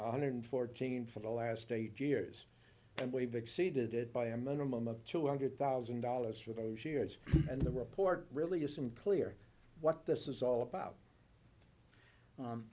hundred fourteen for the last eight years and we've exceeded it by a minimum of two hundred thousand dollars for those years and the report really isn't clear what this is all about